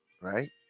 right